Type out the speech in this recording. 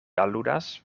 aludas